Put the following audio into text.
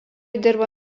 dirba